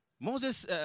Moses